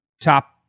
top